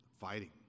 fighting